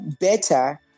better